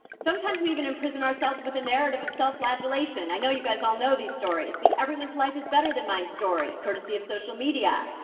sometimes, we even imprison ourselves with a narrative of self-flagellation i know you guys all know these stories. the everyone's life is better than mine story, courtesy of social media.